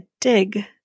dig